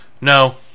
No